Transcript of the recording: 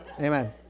Amen